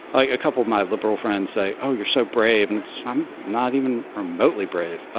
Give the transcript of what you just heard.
a couple of my liberal friends say, oh, you're so brave. and it's um not even remotely brave.